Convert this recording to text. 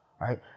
right